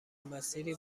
مسیری